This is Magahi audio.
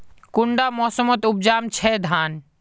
कुंडा मोसमोत उपजाम छै धान?